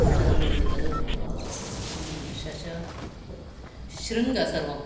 एतत् भवति खलु शषशृङ्ग सर्वम्